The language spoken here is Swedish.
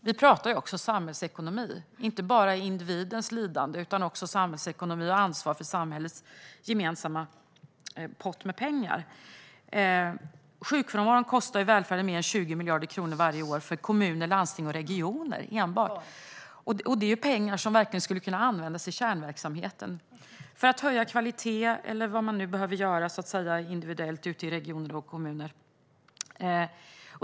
Vi pratar också samhällsekonomi, inte bara individens lidande utan också samhällsekonomi och ansvar för samhällets gemensamma pott med pengar. Sjukfrånvaron kostar välfärden mer än 20 miljarder kronor varje år enbart för kommuner, landsting och regioner. Det är pengar som verkligen skulle kunna användas i kärnverksamheten för att höja kvalitet eller vad man nu behöver göra individuellt ute i regioner och kommuner.